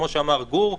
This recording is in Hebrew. כפי שאמר גור בליי,